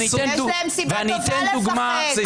יש להם סיבה טובה לפחד.